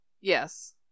Yes